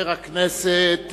הכנסת